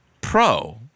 pro